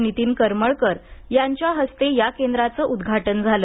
नितीन करमळकर यांच्या हस्ते या केंद्राचं उद्घाटन झालं